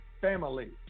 family